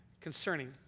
concerning